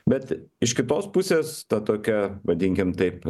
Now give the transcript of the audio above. bet iš kitos pusės ta tokia vadinkim taip